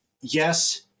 Yes